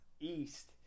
East